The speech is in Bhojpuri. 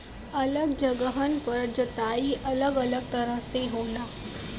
अलग जगहन पर जोताई अलग अलग तरह से होला